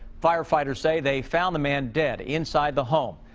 firefighters say, they found the man dead inside the home.